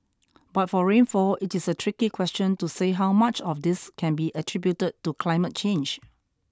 but for rainfall it is a tricky question to say how much of this can be attributed to climate change